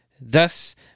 Thus